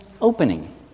opening